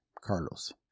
Carlos